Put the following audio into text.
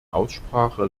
aussprache